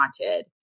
wanted